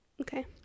Okay